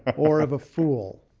or of a fool.